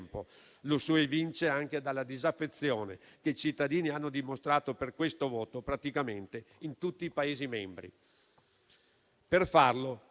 come si vince anche dalla disaffezione che i cittadini hanno dimostrato per questo voto, praticamente in tutti i Paesi membri. Per farlo,